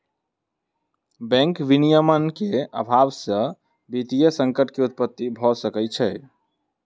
bank विनियमन के अभाव से वित्तीय संकट के उत्पत्ति भ सकै छै